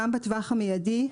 גם בטווח המיידי,